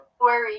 worry